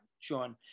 Sean